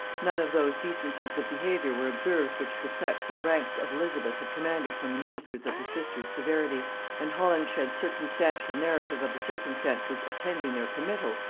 none of those decencies of behaviour were observed which the sex and rank of elizabeth had commanded from the ministers of her sister's severity and holinshed's circumstantial narrative of the circumstances attending their committal,